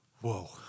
Whoa